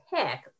pick